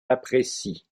apprécie